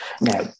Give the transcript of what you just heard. Now